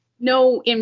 No